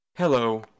Hello